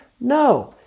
No